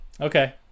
Okay